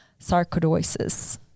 sarcoidosis